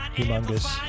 humongous